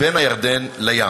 בין הירדן לים.